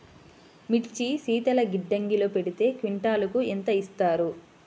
మిర్చి శీతల గిడ్డంగిలో పెడితే క్వింటాలుకు ఎంత ఇస్తారు?